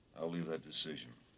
i'll leave that decision